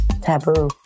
taboo